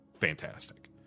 fantastic